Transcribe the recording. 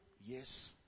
yes